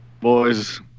Boys